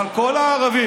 אבל כל הערבים,